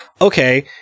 Okay